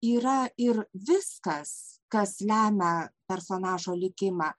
yra ir viskas kas lemia personažo likimą